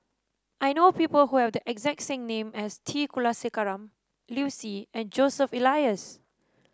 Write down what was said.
I know people who have the exact same name as T Kulasekaram Liu Si and Joseph Elias